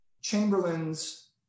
Chamberlain's